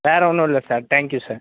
வேறு ஒன்றும் இல்லை சார் தேங்க்யூ சார்